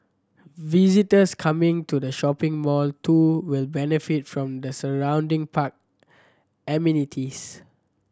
visitors coming to the shopping mall too will benefit from the surrounding park amenities